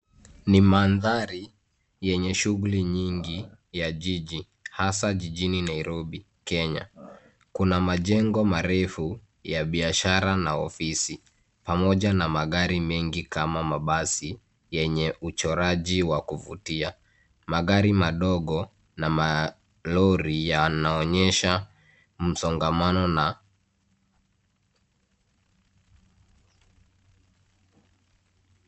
Ni mandhari yenye shughuli nyingi ya jiji, hasa jijini Nairobi, Kenya. Kuna majengo marefu ya biashara na ofisi pamoja na magari mengi kama mabasi yenye uchoraji wa kuvutia. Magari madogo na malori yanaonyesha msongamano na.